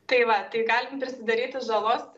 tai va tai galim prisidaryti žalos